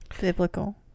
Biblical